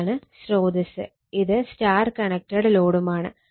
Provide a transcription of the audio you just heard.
ഇതാണ് സ്രോതസ്സ് ഇത് Y കണക്റ്റഡ് ലോഡുമാണ്